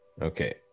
Okay